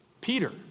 Peter